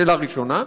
שאלה ראשונה.